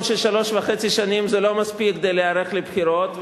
ששלוש וחצי שנים זה לא מספיק להיערך לבחירות,